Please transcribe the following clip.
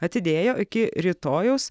atidėjo iki rytojaus